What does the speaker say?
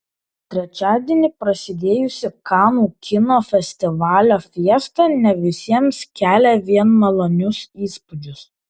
trečiadienį prasidėjusi kanų kino festivalio fiesta ne visiems kelia vien malonius įspūdžius